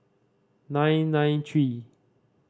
nine nine three